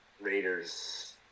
Raiders